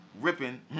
ripping